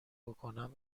بکنم